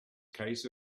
case